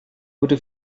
wurde